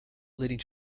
leading